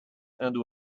and